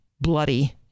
bloody